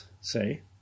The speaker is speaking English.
say